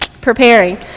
preparing